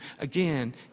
again